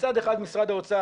מצד אחד משרד האוצר,